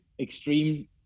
extreme